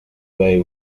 bay